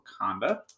Wakanda